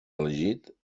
elegit